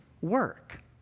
work